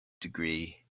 degree